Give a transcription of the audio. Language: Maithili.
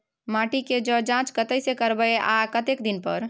माटी के ज जॉंच कतय से करायब आ कतेक दिन पर?